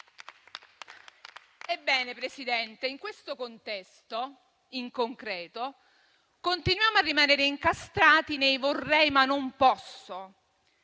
signor Presidente, in questo contesto, in concreto continuiamo a rimanere incastrati nei "vorrei, ma non posso".